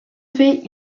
fait